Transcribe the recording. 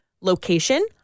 Location